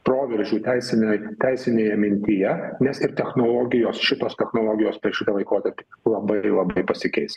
proveržių teisinėj teisinėje mintyje nes ir technologijos šitos technologijos per šį laikotarpį labai ir labai pasikeis